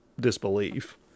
disbelief